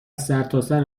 سرتاسر